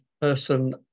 person